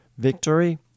victory